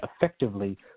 effectively